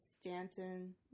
Stanton